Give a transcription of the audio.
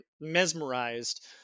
mesmerized